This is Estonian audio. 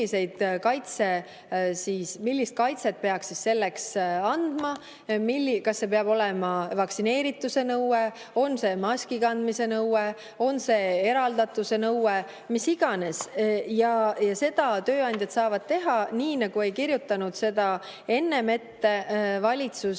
millist kaitset peaks seetõttu andma, kas see peab olema vaktsineerituse nõue, maskikandmise nõue, eraldatuse nõue, mis iganes. Seda saavad tööandjad teha. Nii nagu ei kirjutanud seda enne ette valitsus